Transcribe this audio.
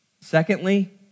Secondly